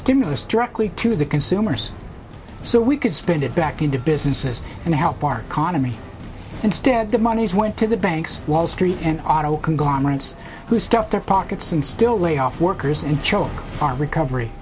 stimulus directly to the consumers so we could spend it back into businesses and help our economy instead the money's went to the banks wall street and auto conglomerates who stuff their pockets and still lay off workers and choke our recovery